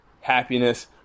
happiness